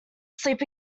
sleep